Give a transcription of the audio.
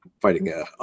fighting